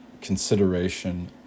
Consideration